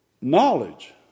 knowledge